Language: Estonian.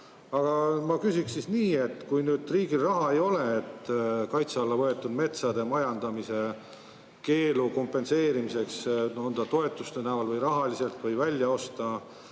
Aga ma küsiksin nii: kui riigil raha ei ole, et kaitse alla võetud metsade majandamise keelu kompenseerimiseks, on ta toetuste näol või rahaliselt või välja osta,